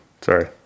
Sorry